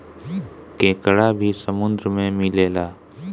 केकड़ा भी समुन्द्र में मिलेला